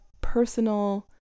personal